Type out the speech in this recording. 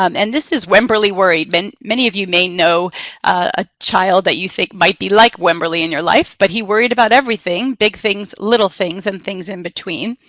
um and this is wemberly worried. many of you may know a child that you think might be like wemberly in your life. but he worried about everything. big things, little things, and things in between.